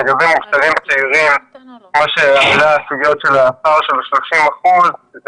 לגבי מובטלים צעירים וסוגיית הפער של 30% - זה